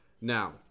Now